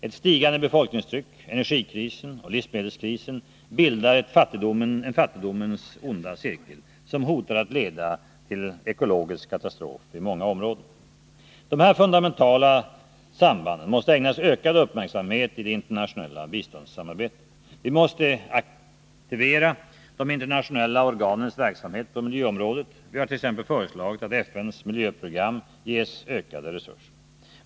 Ett stigande befolkningstryck, energikrisen och livsmedelskrisen bildar en fattigdomens onda cirkel, som hotar att leda till ekologisk katastrof i många områden. Dessa fundamentala samband måste ägnas ökad uppmärksamhet i det internationella biståndssamarbetet. Vi måste aktivera de internationella organens verksamhet på miljöområdet. Vi har t.ex. föreslagit att FN:s miljöprogram, UNEP, ges ökade resurser.